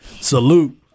Salute